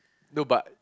no but